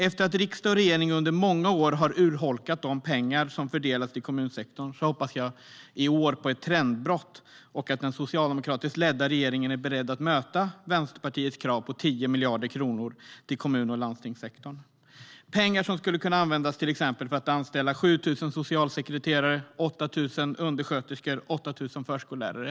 Efter att riksdag och regering under många år har urholkat de pengar som fördelas till kommunsektorn hoppas jag i år på ett trendbrott och att den socialdemokratiskt ledda regeringen är beredd att möta Vänsterpartiets krav på 10 miljarder kronor till kommun och landstingssektorn. Det är pengar som till exempel skulle kunna användas för att anställa 7 000 socialsekreterare, 8 000 undersköterskor och 8 000 förskollärare.